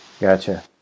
Gotcha